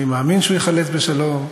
אני מאמין שהוא ייחלץ בשלום,